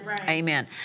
Amen